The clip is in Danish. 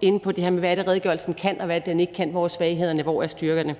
inde på det her med, hvad redegørelsen kan, og hvad den ikke kan, hvor svaghederne er, og hvor styrkerne er.